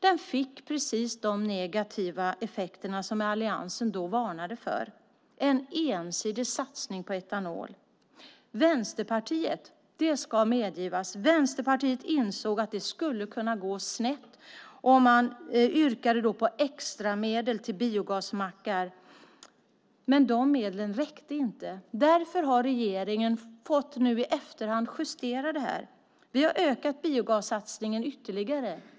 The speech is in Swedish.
Den fick precis de negativa effekter som alliansen då varnade för - en ensidig satsning på etanol. Vänsterpartiet, ska medges, insåg att det skulle kunna gå snett, och man yrkade på extramedel till biogasmackar. Men de medlen räckte inte. Därför har regeringen i efterhand justerat det här. Vi har ökat biogassatsningen ytterligare.